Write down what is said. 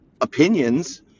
opinions